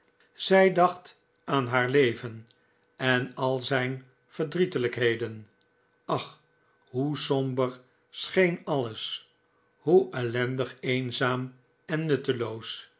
zij dacht aan haar leven en al zijn verdrietelijkheden ach hoe somber scheen alles hoe ellendig eenzaam en